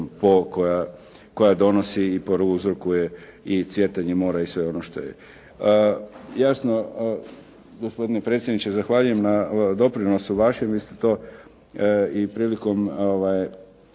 Po koja donosi i uzrokuje i cvjetanje mora i sve ono što je. Jasno, gospodine predsjedniče zahvaljujem na doprinosu vašem. Vi ste to i prilikom